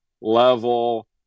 level